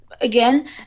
again